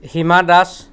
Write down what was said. Hima Das